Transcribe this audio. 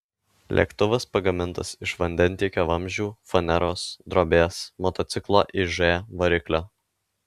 lėktuvas pagamintas iš vandentiekio vamzdžių faneros drobės motociklo iž variklio